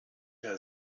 herr